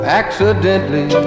accidentally